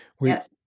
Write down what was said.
Yes